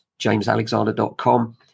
JamesAlexander.com